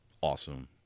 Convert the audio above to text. awesome